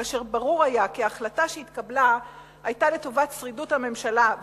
כאשר ברור היה כי ההחלטה שהתקבלה היתה לטובת שרידות הממשלה,